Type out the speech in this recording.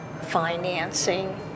financing